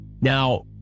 Now